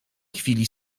chwili